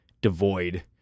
devoid